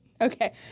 Okay